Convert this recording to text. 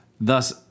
Thus